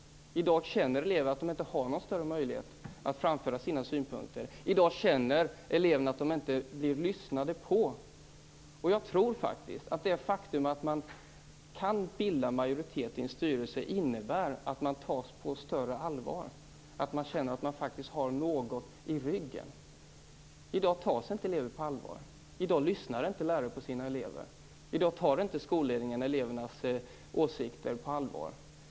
I dag känner elever att de inte har någon större möjlighet att framföra sina synpunkter. I dag känner elever att de inte lyssnas på. Jag tror faktiskt att det faktum att man kan bilda majoritet i en styrelse innebär att man tas på större allvar, att man känner att man faktiskt har något i ryggen. I dag tas inte elever på allvar. I dag lyssnar inte lärare på sina elever. I dag tar inte skolledningen elevernas åsikter på allvar.